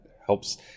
helps